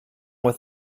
with